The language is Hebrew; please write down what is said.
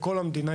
בכל המדינה,